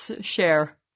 share